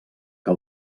que